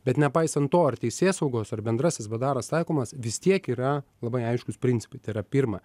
bet nepaisant to ar teisėsaugos ar bendrasis bdaras taikomas vis tiek yra labai aiškūs principai tai yra pirma